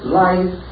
life